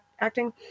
acting